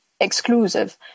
exclusive